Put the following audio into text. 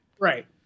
right